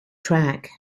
track